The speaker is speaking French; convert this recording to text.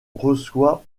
reçoit